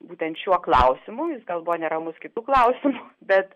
būtent šiuo klausimu jis gal buvo neramus kitu klausimu bet